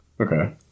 Okay